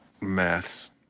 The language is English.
maths